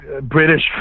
British